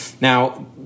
Now